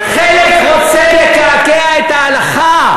חלק רוצה לקעקע את ההלכה,